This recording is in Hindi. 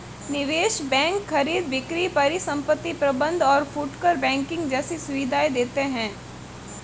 निवेश बैंक खरीद बिक्री परिसंपत्ति प्रबंध और फुटकर बैंकिंग जैसी सुविधायें देते हैं